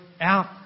out